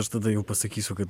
aš tada jau pasakysiu kad